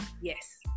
yes